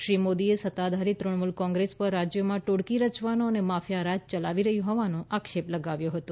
શ્રી મોદીએ સત્તાધારી તૃણમૂલ કોંગ્રેસ પર રાજ્યમાં ટોળકી રયવાનો અને માફિયા રાજ ચલાવી રહી હોવાનો આક્ષેપ લગાવ્યો હતો